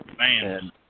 Man